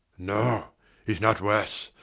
no he's not worse.